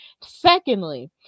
Secondly